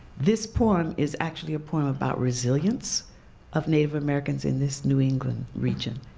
this poem is actually a poem about resilience of native americans in this new england region.